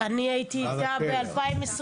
אני הייתי איתה ב-2021.